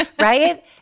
Right